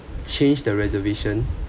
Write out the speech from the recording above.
change the reservation